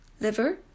liver